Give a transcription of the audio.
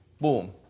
boom